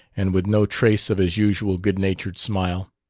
and with no trace of his usual good-natured smile.